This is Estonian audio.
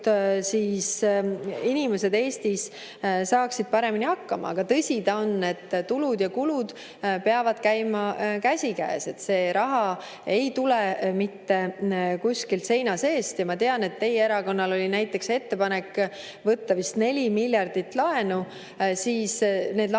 et inimesed saaksid Eestis paremini hakkama. Aga tõsi ta on, et tulud ja kulud peavad käima käsikäes. See raha ei tule mitte kuskilt seina seest. Ja ma tean, et teie erakonnal oli näiteks ettepanek võtta vist 4 miljardit laenu. Need laenud,